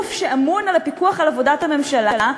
הגוף שאמון על הפיקוח על עבודת הממשלה,